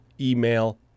email